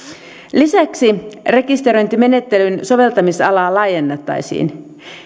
lisäksi rekisteröintimenettelyn soveltamisalaa laajennettaisiin